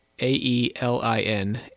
A-E-L-I-N